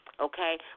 Okay